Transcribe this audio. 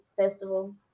festival